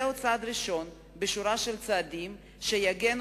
זהו צעד ראשון בשורה של צעדים שיגנו